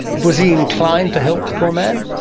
was he inclined to help the poor man?